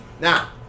Now